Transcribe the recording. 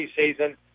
preseason